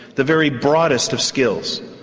the very broadest of skills,